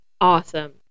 Awesome